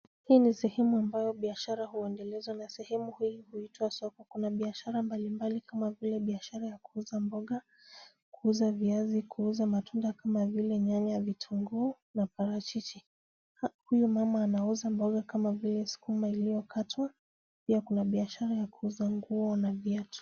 Hii ni sehemu ambayo biashara huendelezwa na sehemu hii huitwa soko. Kuna biashara mbalimbali kama vile biashara ya kuuza mboga, kuuza viazi, kuuza matunda kama vile: nyanya ,vitunguu na parachichi. Huyu mama anauza mboga kama vile sukuma iliyokatwa. Pia, kuna biashara ya kuuza nguo na viatu.